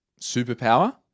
superpower